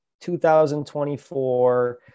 2024